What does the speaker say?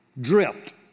drift